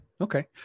okay